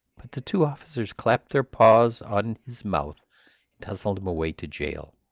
but the two officers clapped their paws on his mouth and hustled him away to jail.